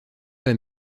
pas